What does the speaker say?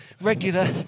regular